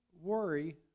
worry